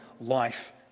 life